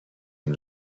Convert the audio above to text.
him